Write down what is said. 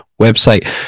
website